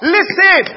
Listen